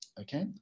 Okay